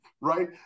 right